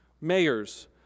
mayors